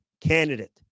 candidate